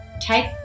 take